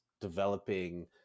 developing